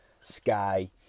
sky